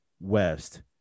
West